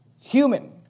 human